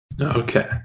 Okay